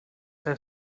have